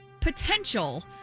potential